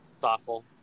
Thoughtful